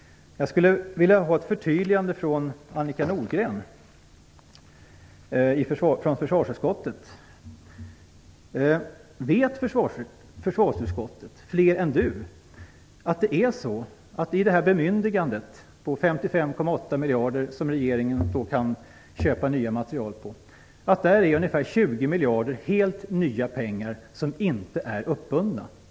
Jag skulle vilja ha ett förtydligande från Annika Nordgren, som ju sitter med i försvarsutskottet. Vet fler än Annika Nordgren i försvarsutskottet att det beträffande bemyndigandet om 55,8 miljarder, där regeringen kan köpa ny materiel, finns ungefär 20 miljarder som är helt nya pengar som inte är uppbundna?